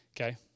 Okay